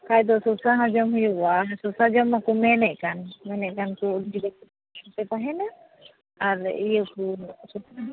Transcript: ᱵᱟᱠᱷᱟᱱ ᱫᱚ ᱥᱚᱥᱟ ᱦᱚᱸ ᱡᱚᱢ ᱦᱩᱭᱩᱜᱚᱜᱼᱟ ᱥᱚᱥᱟ ᱡᱚᱢ ᱢᱟᱠᱚ ᱢᱮᱱᱮᱫ ᱠᱟᱱ ᱢᱮᱱᱮᱫ ᱠᱟᱱ ᱠᱚ ᱟᱞᱚᱯᱮ ᱛᱟᱦᱮᱱᱟ ᱟᱨ ᱤᱭᱟᱹ ᱠᱚ ᱥᱟᱹᱛᱩ ᱫᱟᱜ